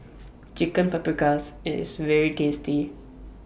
Chicken Paprikas IT IS very tasty